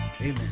Amen